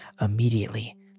immediately